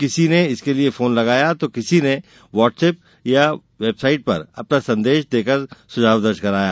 किसी ने इसके लिए फोन लगाया तो किसी ने व्हाट्सएप या वेबसाइट पर अपना संदेश देकर सुझाव दर्ज कराया